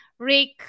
Rick